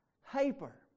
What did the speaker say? hyper